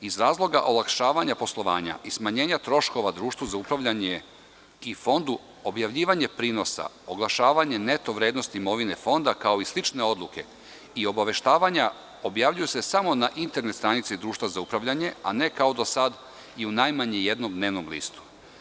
Iz razloga olakšavanja poslovanja i smanjenja troškova društva za upravljanje i fondu objavljivanje prinosa, oglašavanje neto vrednosti imovine fonda kao i slične odluke, i obaveštavanja objavljuju se samo na internet stranici društva za upravljanje, a ne kao do sada i u najmanje jednom dnevnom listu.